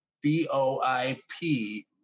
B-O-I-P